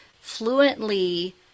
fluently